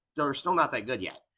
they're still not that good yet.